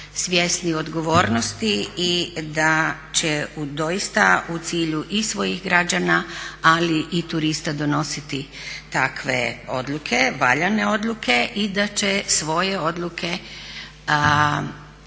svjesni odgovornosti i da će doista u cilju i svojih građana ali i turista donositi takve odluke, valjane odluke i da će svoje odluke obrazložiti